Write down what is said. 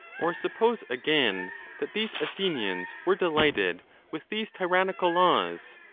or, suppose again that these athenians were delighted with these tyrannical laws,